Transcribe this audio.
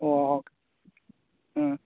ꯑꯣꯑꯣ ꯎꯝ